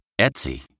Etsy